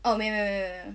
oh 没没没没没没没有